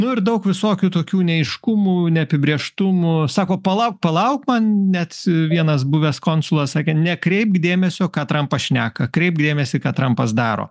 nu ir daug visokių tokių neaiškumų neapibrėžtumų sako palauk palauk man net vienas buvęs konsulas sakė nekreipk dėmesio ką trampas šneka kreipk dėmesį ką trampas daro